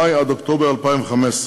מאי עד אוקטובר 2015,